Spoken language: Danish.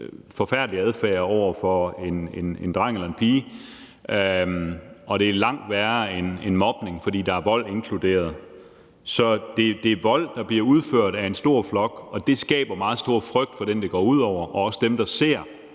forfærdelig adfærd over for en dreng eller en pige. Det er langt værre end mobning, fordi det inkluderer vold. Det er vold, der bliver udført af en stor flok, og det skaber meget stor frygt hos dem, det går ud over, og også hos dem, der ser,